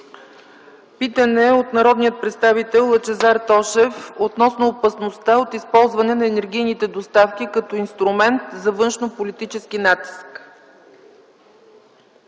питане от народния представител Лъчезар Тошев относно опасността от използване на енергийните доставки като инструмент за външнополитически натиск.